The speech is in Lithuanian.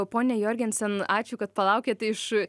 pone jorgensen ačiū kad palaukėt iš